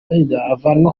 avanwa